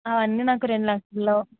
అవన్నీ నాకు రెండు లక్షల్లో